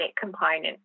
component